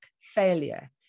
failure